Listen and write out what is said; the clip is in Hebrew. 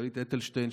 גלית אלטשטיין,